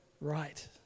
right